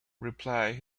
replied